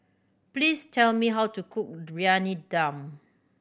please tell me how to cook Briyani Dum